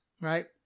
Right